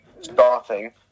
starting